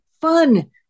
fun